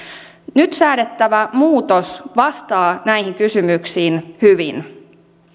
nyt säädettävä muutos vastaa näihin kysymyksiin hyvin